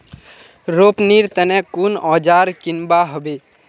रोपनीर तने कुन औजार किनवा हबे